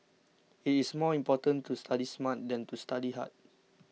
it is more important to study smart than to study hard